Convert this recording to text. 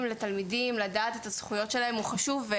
לתלמידים לדעת את הזכויות שלהם הוא חשוב.